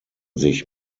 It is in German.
sich